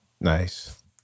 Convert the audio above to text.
Nice